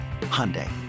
Hyundai